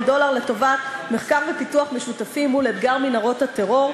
דולר לטובת מחקר ופיתוח משותפים מול אתגר מנהרות הטרור,